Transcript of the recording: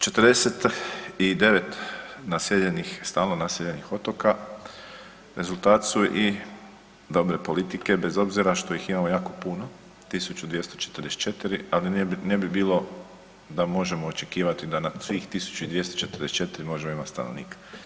49 naseljenih, stalno naseljenih otoka rezultat su i dobre politike bez obzira što ih imamo jako puno 1244, ali ne bi bilo da možemo očekivati da na svih 1244 možemo imati stanovnika.